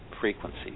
frequency